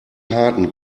harten